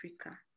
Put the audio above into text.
Africa